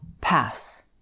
pass